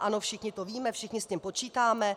Ano, všichni to víme, všichni s tím počítáme.